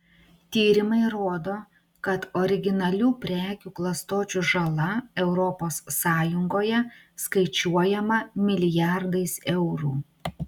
tyrimai rodo kad originalių prekių klastočių žala europos sąjungoje skaičiuojama milijardais eurų